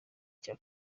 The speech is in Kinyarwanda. cya